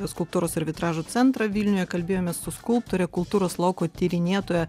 skulptūros ir vitražo centrą vilniuje kalbėjomės su skulptore kultūros lauko tyrinėtoja